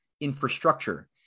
infrastructure